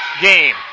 game